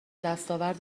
دستاورد